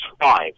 five